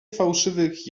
fałszywych